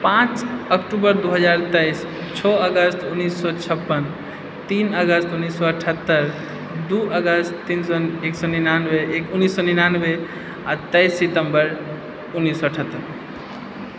पांँच अक्टूबर दू हजार तेइस छओ अगस्त उन्नैस सए छप्पन तीन अगस्त उन्नैस सए अठहतर दू अगस्त तीन सए निनानबे उन्नैस सए निनानबे आ तेइस सितम्बर उन्नैस सए अठहत्तर